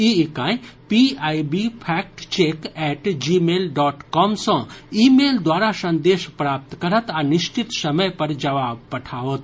ई इकाई PIB fact check at Gmail dot com सँ email द्वारा संदेश प्राप्त करत आ निश्चित समय पर जवाब पठाओत